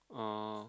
orh